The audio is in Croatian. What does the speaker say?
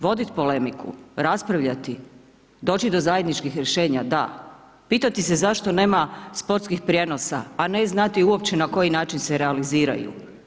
Voditi polemiku, raspravljati, doći do zajedničkih rješenja da, pitati se zašto nema sportskih prijenosa a ne znati uopće na koji način se realiziraju.